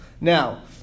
Now